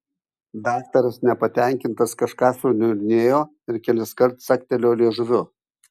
daktaras nepatenkintas kažką suniurnėjo ir keliskart caktelėjo liežuviu